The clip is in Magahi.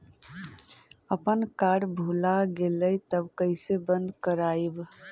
अपन कार्ड भुला गेलय तब कैसे बन्द कराइब?